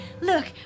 Look